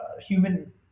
human